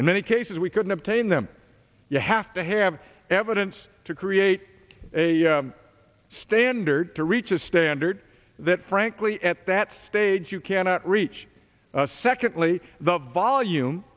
many cases we couldn't obtain them you have to have evidence to create a standard to reach a standard that frankly at that stage you cannot reach secondly the volume